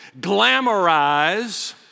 glamorize